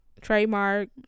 Trademark